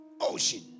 ocean